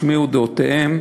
השמיעו דעותיהם,